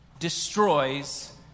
destroys